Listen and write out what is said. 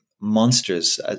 monsters